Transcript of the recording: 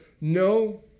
No